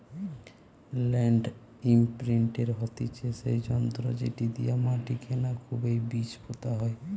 land ইমপ্রিন্টের হতিছে সেই যন্ত্র যেটি দিয়া মাটিকে না খুবই বীজ পোতা হয়